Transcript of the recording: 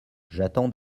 j’attends